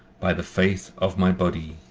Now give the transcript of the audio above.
by the faith of my body.